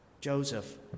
Joseph